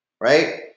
Right